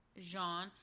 Jean